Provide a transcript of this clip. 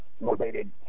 motivated